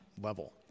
level